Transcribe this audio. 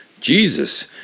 Jesus